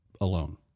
alone